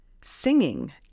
singing